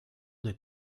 del